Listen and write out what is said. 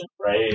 right